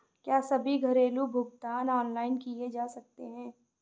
क्या सभी घरेलू भुगतान ऑनलाइन किए जा सकते हैं?